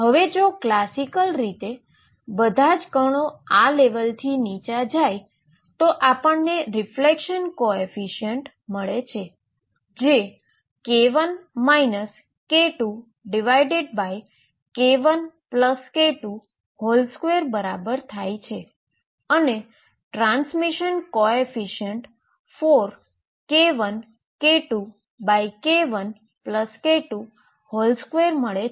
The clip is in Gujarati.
હવે જો ક્લાસિકલ રીતે બધા જ કણો આ લેવલથી નીચે જાય તો આપણને રીફ્લલેક્શન કોએફીશીઅન્ટ મળે છે જે k1 k2 k1k22 બરાબર છે અને ટ્રાન્સમીશન કોએફીશીઅન્ટ4k1k2 k1k22 મળે છે